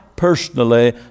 Personally